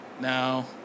Now